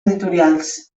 editorials